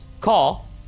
call